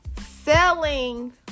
selling